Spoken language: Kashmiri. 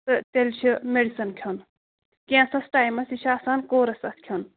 تہٕ تیٚلہِ چھُ میٚڈِسَن کھیوٚن کینٛژس ٹایمَس یہِ چھُ آسان کورَس اَتھ کھیوٚن